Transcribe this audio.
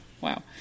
Wow